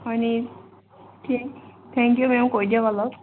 হয় নি thank you ma'am কৈ দিয়াৰ বাবে